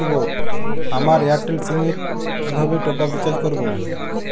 আমার Airtel sim এ কিভাবে টপ আপ রিচার্জ করবো?